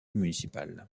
municipale